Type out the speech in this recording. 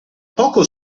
poco